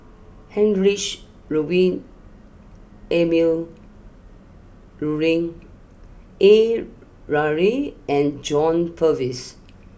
Heinrich Ludwig Emil Luering A Ramli and John Purvis